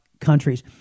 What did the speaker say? countries